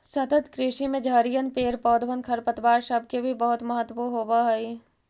सतत कृषि में झड़िअन, पेड़ पौधबन, खरपतवार सब के भी बहुत महत्व होब हई